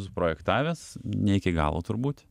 suprojektavęs ne iki galo turbūt